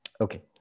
Okay